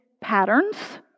patterns